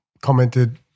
commented